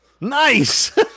Nice